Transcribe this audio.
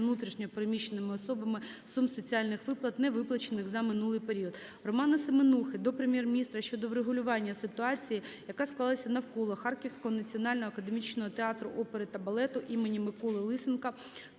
внутрішньо переміщеними особами сум соціальних виплат, не виплачених за минулий період". Романа Семенухи до Прем'єр-міністра щодо врегулювання ситуації, яка склалася навколо Харківського національного академічного театру опери та балету імені Миколи Лисенка